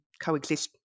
coexist